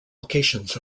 locations